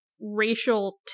racial